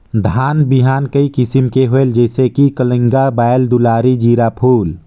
धान बिहान कई किसम के होयल जिसे कि कलिंगा, बाएल दुलारी, जीराफुल?